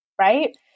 right